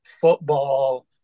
football